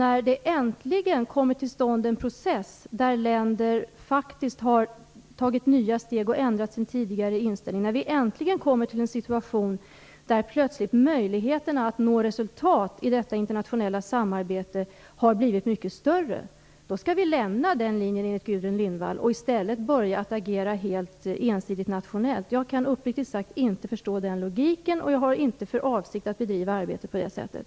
När det äntligen kommer till stånd en process där länder har tagit nya steg och ändrat sin tidigare inställning, när vi äntligen kommer till en situation där möjligheterna att nå resultat i detta internationella samarbete plötsligt har blivit mycket större, skall vi enligt Gudrun Lindvall lämna den linjen och i stället börja agera helt ensidigt nationellt. Jag kan uppriktigt sagt inte förstå den logiken, och jag har inte för avsikt att bedriva arbete på det sättet.